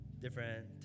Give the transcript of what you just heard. different